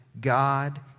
God